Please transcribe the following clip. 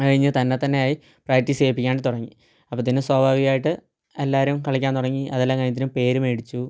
അത് കഴിഞ്ഞ് തന്നെ തന്നെയായി പ്രാക്ടീസ് ചെയ്യിപ്പിക്കാനും തുടങ്ങി അപ്പോഴ്ത്തേനും സ്വാഭാവികമായിട്ട് എല്ലാവരും കളിക്കാൻ തുടങ്ങി അതെല്ലാം കഴിഞ്ഞത്തേനും പേര് മേടിച്ചു